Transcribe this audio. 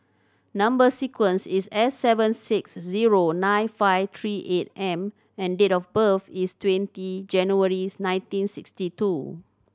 number sequence is S seven six zero nine five three eight M and date of birth is twenty January nineteen sixty two